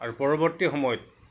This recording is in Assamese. আৰু পৰৱৰ্তী সময়ত